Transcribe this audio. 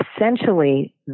Essentially